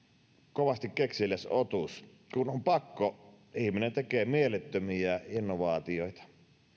kovasti kekseliäs otus kun on pakko ihminen tekee mielettömiä innovaatioita